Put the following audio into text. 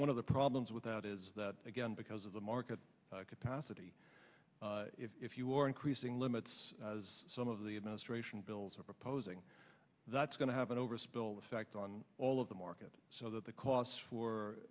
one of the problems with out is that again because of the market capacity if you are increasing limits as some of the administration bills are proposing that's going to happen over a spilled effect on all of the market so that the costs for